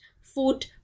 food